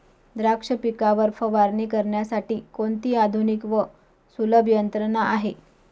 द्राक्ष पिकावर फवारणी करण्यासाठी कोणती आधुनिक व सुलभ यंत्रणा आहे?